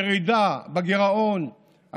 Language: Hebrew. ירידה בגירעון,